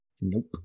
Nope